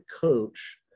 coach